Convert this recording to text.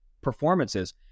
performances